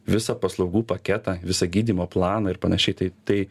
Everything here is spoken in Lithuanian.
visą paslaugų paketą visą gydymo planą ir panašiai tai tai